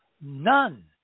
none